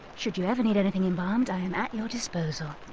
should you ever need anything embalmed, i am at your disposal!